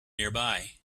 nearby